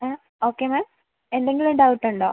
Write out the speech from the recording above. ആ okay ma'am എന്തെങ്കിലും ഡൗട്ടുണ്ടോ